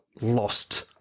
lost